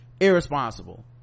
irresponsible